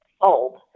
old